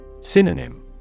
Synonym